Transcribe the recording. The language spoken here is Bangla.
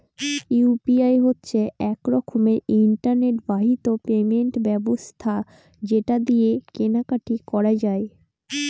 ইউ.পি.আই হচ্ছে এক রকমের ইন্টারনেট বাহিত পেমেন্ট ব্যবস্থা যেটা দিয়ে কেনা কাটি করা যায়